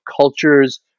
cultures